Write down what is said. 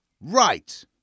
Right